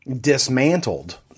dismantled